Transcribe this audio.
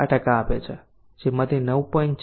4 આપે છે જેમાંથી 9